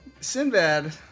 Sinbad